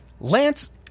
Lance